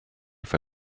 for